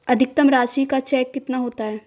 अधिकतम राशि का चेक कितना होता है?